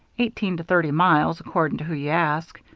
eighteen to thirty miles, according to who you ask.